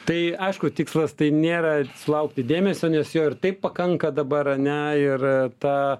tai aišku tikslas tai nėra sulaukti dėmesio nes jo ir taip pakanka dabar ane ir ta